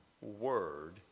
word